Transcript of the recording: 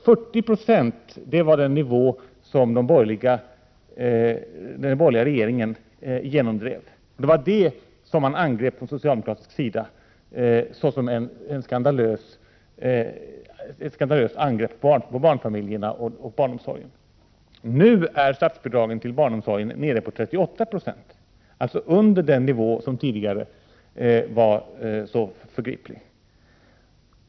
40 90 var den nivå som den borgerliga regeringen genomdrev, och det var den som man från socialdemokratisk sida angrep som en skandalös nivå ur barnfamiljernas och barnomsorgens synpunkt. Nu är statsbidragen till barnomsorgen nere på 38 Ze, alltså under den nivå som tidigare var så förgriplig.